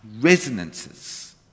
resonances